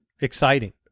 exciting